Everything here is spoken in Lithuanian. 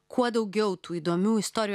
kuo daugiau tų įdomių istorijų